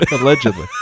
Allegedly